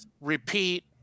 repeat